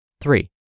Three